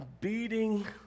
beating